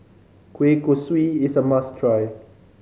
kueh kosui is a must try